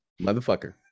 motherfucker